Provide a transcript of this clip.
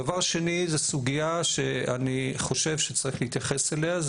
דבר שני זה סוגיה שאני חושב שצריך להתייחס אליה,